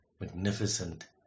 magnificent